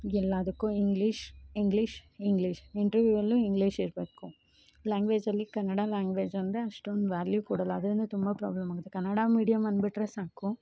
ಎಲ್ಲದಕ್ಕು English English English interview ಅಲ್ಲು English ಇರಬೇಕು ಲ್ಯಾಂಗ್ವೇಜಲ್ಲಿ ಕನ್ನಡ ಲ್ಯಾಂಗ್ವೇಜ್ ಅಂದರೆ ಅಷ್ಟೊಂದು ವ್ಯಾಲ್ಯೂ ಕೊಡೋಲ್ಲ ಅದ್ರಿಂದ ತುಂಬ ಪ್ರಾಬ್ಲಮ್ ಆಗುತ್ತೆ ಕನ್ನಡ ಮೀಡಿಯಮ್ ಅಂದ್ಬಿಟ್ಟರೆ ಸಾಕು